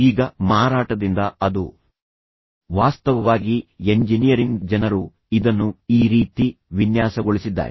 ಈಗ ಮಾರಾಟದಿಂದ ಅದು ವಾಸ್ತವವಾಗಿ ಎಂಜಿನಿಯರಿಂಗ್ ಜನರು ಇದನ್ನು ಈ ರೀತಿ ವಿನ್ಯಾಸಗೊಳಿಸಿದ್ದಾರೆ